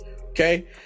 okay